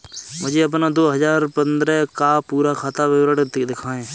मुझे अपना दो हजार पन्द्रह का पूरा खाता विवरण दिखाएँ?